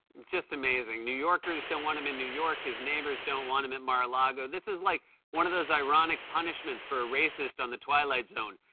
just amazing. new yorkers don't want him in new york. his neighbors don't want him at mar-a-lago. this is like one of those ironic punishments for a racist on the twilight zone.